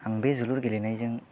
आं बे जोलुर गेलेनायजों